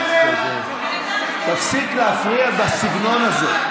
תפסיק להפריע בסגנון הזה.